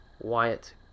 Wyatt